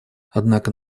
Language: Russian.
однако